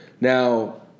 Now